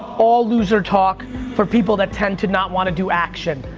all loser talk for people that tend to not want to do action.